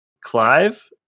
Clive